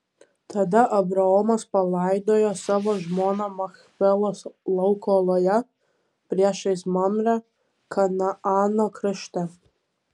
tada abraomas palaidojo savo žmoną machpelos lauko oloje priešais mamrę kanaano krašte